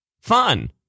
Fun